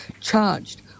charged